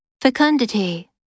Fecundity